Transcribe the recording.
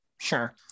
sure